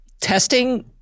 testing